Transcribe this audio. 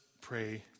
pray